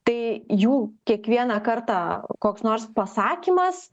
tai jų kiekvieną kartą koks nors pasakymas